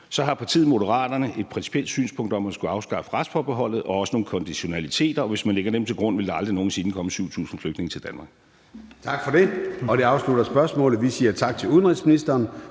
Så har partiet Moderaterne et principielt synspunkt om at skulle afskaffe retsforbeholdet og også nogle konditionaliteter, og hvis man lægger dem til grund, vil der aldrig nogen sinde komme 7.000 flygtninge til Danmark. Kl. 13:13 Formanden (Søren Gade): Tak for det. Det afslutter spørgsmålet, og vi siger tak til udenrigsministeren